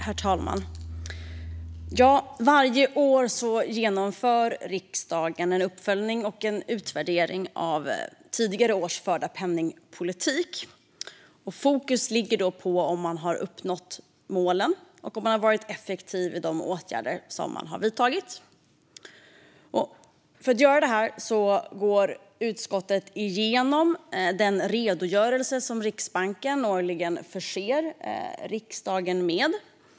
Herr talman! Varje år genomför riksdagen en uppföljning och utvärdering av tidigare års förda penningpolitik. Fokus ligger på om man uppnått målen och varit effektiv i de åtgärder man vidtagit. För att göra detta går utskottet igenom den redogörelse som Riksbanken årligen förser riksdagen med.